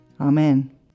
Amen